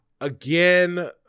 again